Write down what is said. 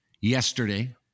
yesterday